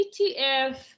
ETF